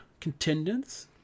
contendants